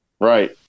right